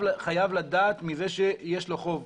חייב לדעת מזה שיש לו חוב.